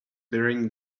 bearing